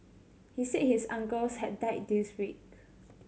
he said his uncle had died this week